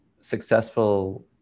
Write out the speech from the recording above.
successful